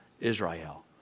Israel